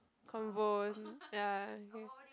combo ya okay